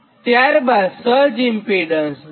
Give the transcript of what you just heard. અને ત્યારબાદ surge impedance ZCLC